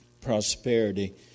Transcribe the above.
Prosperity